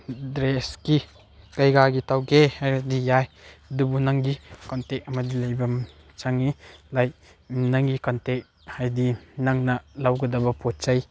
ꯗ꯭ꯔꯦꯁꯀꯤ ꯀꯩꯀꯥꯒꯤ ꯇꯧꯒꯦ ꯍꯥꯏꯔꯗꯤ ꯌꯥꯏ ꯑꯗꯨꯕꯨ ꯅꯪꯒꯤ ꯀꯣꯟꯇꯦꯛ ꯑꯃꯗꯤ ꯂꯩꯕꯃ ꯆꯪꯏ ꯂꯥꯏꯛ ꯅꯪꯒꯤ ꯀꯣꯟꯇꯦꯛ ꯍꯥꯏꯗꯤ ꯅꯪꯅ ꯂꯧꯒꯗꯕ ꯄꯣꯠ ꯆꯩ